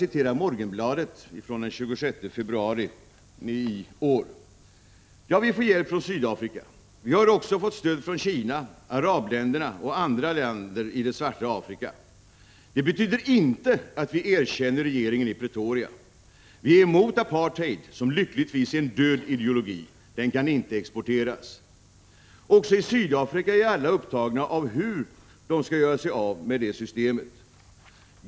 I Morgenbladet från den 28 februari i år säger han: ”Ja, vi får hjälp från Sydafrika. Vi har också fått stöd från Kina, arabländerna och andra länder i det svarta Afrika. Det betyder inte att vi erkänner regeringen i Pretoria. Vi är emot apartheid, som lyckligtvis är en död ideologi. Den kan inte exporteras. Också i Sydafrika är alla upptagna av hur de skall göra sig av med det systemet.